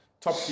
Top